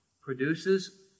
produces